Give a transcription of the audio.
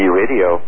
radio